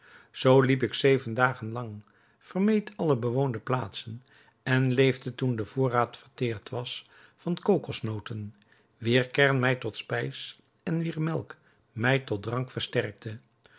zoo liep ik zeven dagen lang vermeed alle bewoonde plaatsen en leefde toen de voorraad verteerd was van kokosnoten wier kern mij tot spijs en wier melk mij tot drank verstrekte